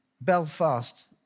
Belfast